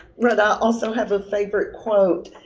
rud, i also have a favorite quote